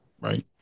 Right